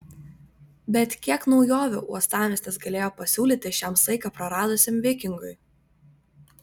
bet kiek naujovių uostamiestis galėjo pasiūlyti šiam saiką praradusiam vikingui